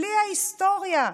בלי ההיסטוריה,